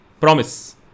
promise